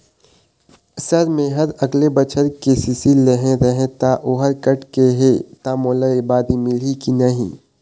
Sir मेहर अगले बछर के.सी.सी लेहे रहें ता ओहर कट गे हे ता मोला एबारी मिलही की नहीं?